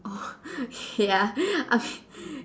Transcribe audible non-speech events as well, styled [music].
orh [breath] K ya [breath]